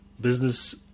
business